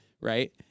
right